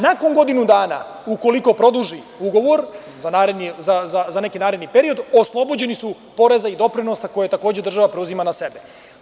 Nakon godinu dana, ukoliko produži ugovor za neki naredni period, oslobođeni su poreza i doprinosa koje, takođe, država preuzima na sebe.